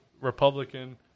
Republican